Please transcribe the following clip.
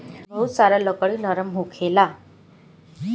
बहुत सारा लकड़ी नरम होखेला